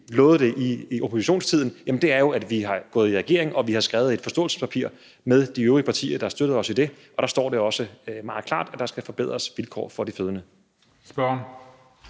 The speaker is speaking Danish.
lovede det i oppositionstiden, er jo, at vi er gået i regering og har skrevet et forståelsespapir med de øvrige partier, der støtter os, og der står det også meget klart, at vilkårene for de fødende skal